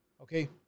Okay